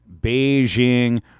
Beijing